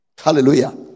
Hallelujah